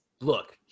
Look